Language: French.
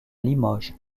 limoges